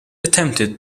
attempted